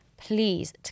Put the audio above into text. please